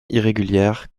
irrégulière